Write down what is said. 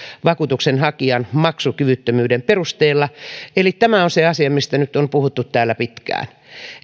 vakuutuksenhakijan maksukyvyttömyyden perusteella tämä on se asia mistä nyt on puhuttu täällä pitkään